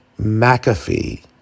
McAfee